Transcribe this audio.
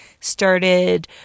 started